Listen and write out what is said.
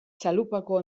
txalupako